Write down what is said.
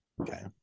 Okay